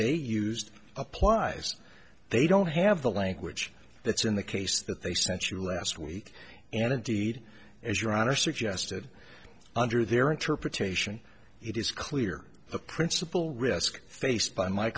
they used applies they don't have the language that's in the case that they sent you last week and indeed as your honor suggested under their interpretation it is clear the principle risk faced by my